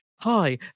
Hi